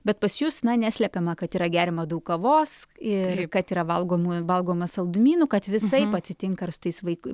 bet pas jus na neslepiama kad yra geriama daug kavos ir kad yra valgomų valgoma saldumynų kad visaip atsitinka ir su tais vaik